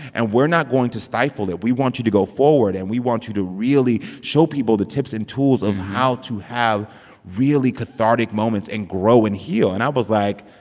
and we're not going to stifle it. we want you to go forward, and we want you to really show people the tips and tools of how to have really cathartic moments and grow and heal. and i was like,